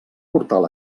portal